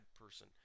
person